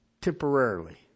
temporarily